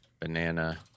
Banana